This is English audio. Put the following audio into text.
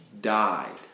died